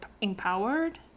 empowered